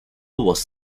was